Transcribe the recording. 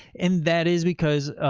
and that is because,